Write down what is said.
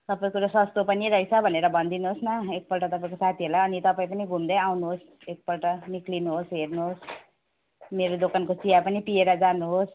सबै कुरो सस्तो पनि रहेछ भनेर भनिदिनुहोस् न एकपल्ट तपाईँको साथीहरूलाई अनि तपाईँ पनि घुम्दै आउनुहोस् एकपल्ट निक्लिनुहोस् हेर्नुहोस् मेरो दोकानको चिया पनि पिएर जानुहोस्